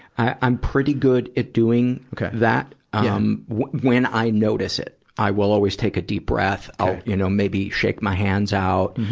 i'm pretty good at doing that, um, wh, when i notice it. i will always take a deep breath. i'll, you know, maybe shake my hands out,